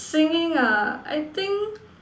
singing ah I think